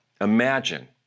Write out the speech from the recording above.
imagine